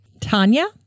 Tanya